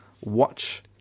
watch